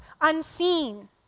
unseen